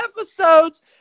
episodes